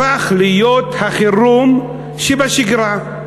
הפך להיות החירום שבשגרה.